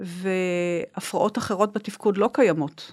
והפרעות אחרות בתפקוד לא קיימות.